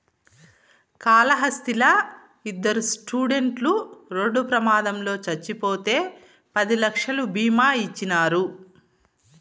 కాళహస్తిలా ఇద్దరు స్టూడెంట్లు రోడ్డు ప్రమాదంలో చచ్చిపోతే పది లక్షలు బీమా ఇచ్చినారు